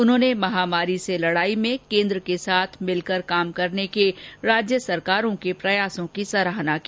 उन्होंने महामारी से लड़ाई में केन्द्र के साथ मिलकर काम करने के राज्य सरकारों के प्रयासों की सराहना की